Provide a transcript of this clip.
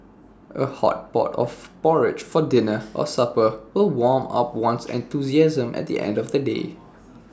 A hot pot of porridge for dinner or supper will warm up one's enthusiasm at the end of A day